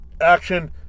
action